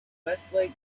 westlake